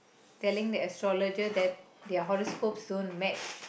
telling the astrologer that their horoscope don't match